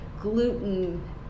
gluten